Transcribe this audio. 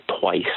twice